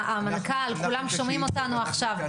המנכ"ל כולם שומעים אותנו עכשיו,